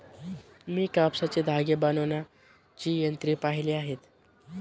मी कापसाचे धागे बनवण्याची यंत्रे पाहिली आहेत